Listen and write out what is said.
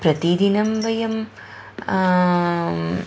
प्रतिदिनं वयं